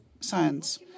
science